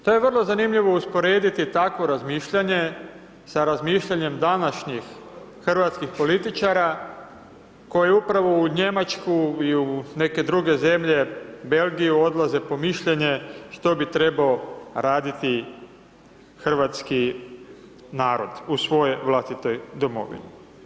To je vrlo zanimljivo usporediti takvo razmišljanje sa razmišljanjem današnjih hrvatskih političara koji upravo u Njemačku i u neke druge zemlje Belgiju odlaze po mišljenje što bi trebao raditi hrvatski narod u svojoj vlastitoj domovini.